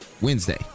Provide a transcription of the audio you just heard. Wednesday